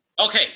Okay